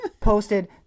posted